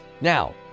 Now